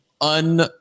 un-